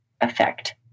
effect